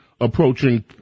approaching